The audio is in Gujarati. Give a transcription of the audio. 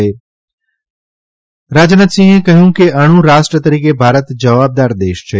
શ્રી રાજનાથસિંહે કહ્યું કે અણુરાષ્ટ્ર તરીકે ભારત જવાબદાર દેશ છે